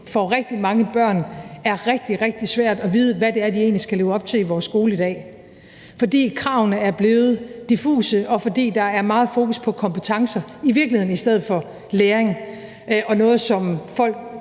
for rigtig mange børn er rigtig, rigtig svært at vide, hvad det egentlig er, de skal leve op til i deres skoledag. For kravene er blevet diffuse, og der er i virkeligheden meget fokus på kompetencer i stedet for læring. Det er noget, som børn